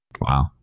Wow